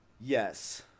Yes